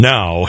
Now